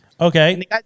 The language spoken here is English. Okay